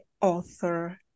author